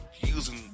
using